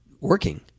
working